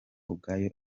ubwayo